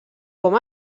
com